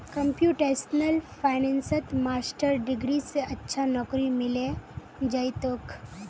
computational फाइनेंसत master degree स अच्छा नौकरी मिले जइ तोक